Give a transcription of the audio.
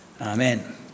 Amen